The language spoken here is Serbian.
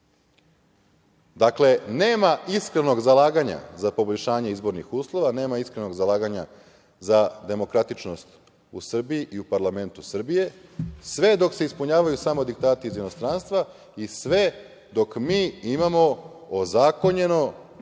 tako. Dakle, nema iskrenog zalaganja za poboljšanje izbornih uslova, nema iskrenog zalaganja za demokratičnost u Srbiji i u parlamentu Srbije, sve dok se ispunjavaju samo diktati iz inostranstva i sve dok mi imamo ozakonjeni